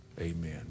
amen